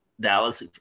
Dallas